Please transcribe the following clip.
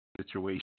situation